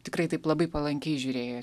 tikrai taip labai palankiai žiūrėjo